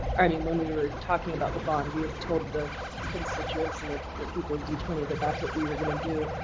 i mean when we were talking about the bond we had told the constituents and the but people of the twenty, that that's what we were going to do.